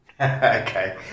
Okay